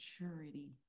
maturity